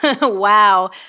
Wow